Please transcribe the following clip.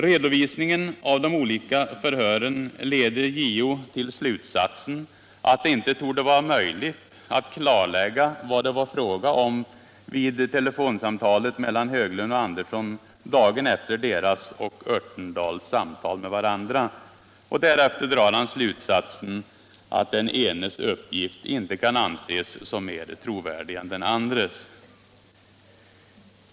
Redovisningen av de olika förhören leder JO till slutsatsen att det inte torde vara möjligt att klarlägga vad det var fråga om vid telefonsamtalet mellan Höglund och Andersson dagen efter deras och Örtendahls samtal med varandra. Därefter drar han slutsatsen att den enes uppgift inte kan anses som mer trovärdig än den andres.